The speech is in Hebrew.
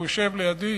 הוא יושב לידי.